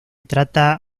trata